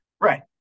right